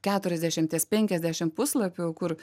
keturiasdešimties penkiasdešim puslapių kur